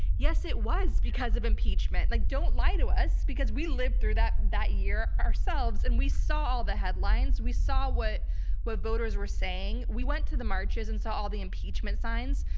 yes, it was because of impeachment. like don't lie to us, because we lived through that that year ourselves, and we saw all the headlines. we saw what were voters were saying. we went to the marches and saw all the impeachment signs.